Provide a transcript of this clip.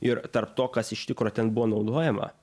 ir tarp to kas iš tikro ten buvo naudojama